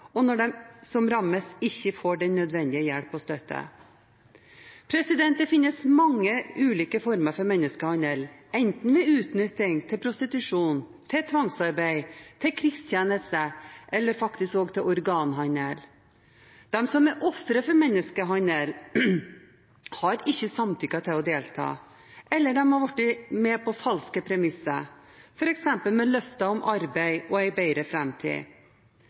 og når de som rammes, ikke får den nødvendige hjelp og støtte. Det finnes mange ulike former for menneskehandel, enten ved utnytting til prostitusjon, til tvangsarbeid, til krigstjeneste eller faktisk også til organhandel. De som er ofre for menneskehandel, har ikke samtykket til å delta, eller de har blitt med på falske premisser, f.eks. med løfter om arbeid og en bedre framtid.